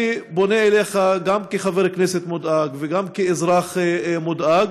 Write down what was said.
אני פונה אליך גם כחבר כנסת מודאג, גם כאזרח מודאג